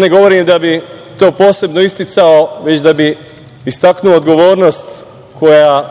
ne govorim da bi to posebno isticao, već da bi istaknuo odgovornost koja